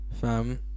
Fam